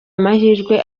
amahirwe